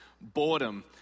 boredom